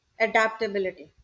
adaptability